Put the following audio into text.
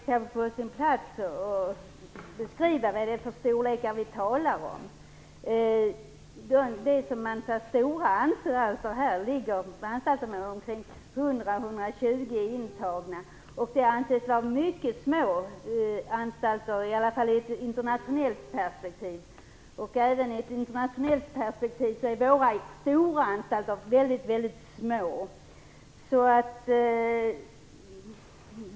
Fru talman! Det kan kanske vara på sin plats att beskriva vilka storlekar som vi talar om. De anstalter som här beskrivs som stora har ungefär 100 - 120 intagna, och de anses i varje fall i ett internationellt perspektiv vara mycket små.